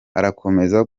arakomeza